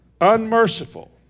unmerciful